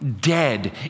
dead